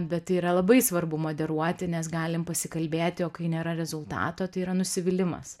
bet yra labai svarbu moderuoti nes galim pasikalbėti o kai nėra rezultato tai yra nusivylimas